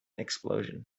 explosion